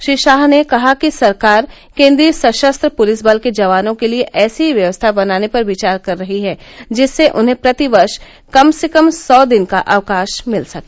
श्री शाह ने कहा कि सरकार केन्द्रीय सशस्त्र पुलिस बल के जवानों के लिए ऐसी व्यवस्था बनाने पर विचार कर रही है जिससे उन्हें प्रतिवर्ष कम से कम सौ दिन का अवकाश मिल सके